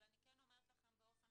אבל אני אומרת לכם ולפרוטוקול באופן